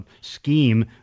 scheme